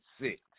Six